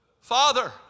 Father